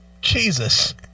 Jesus